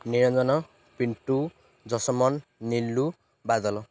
Niranjan Pintu Jashaman Nilu Badal